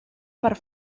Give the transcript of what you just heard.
per